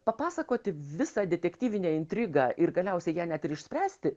papasakoti visą detektyvinę intrigą ir galiausiai ją net ir išspręsti